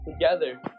together